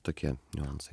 tokie niuansai